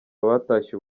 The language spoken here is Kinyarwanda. abatashye